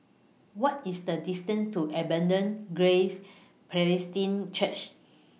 What IS The distance to Abundant Grace Presbyterian Church